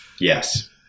Yes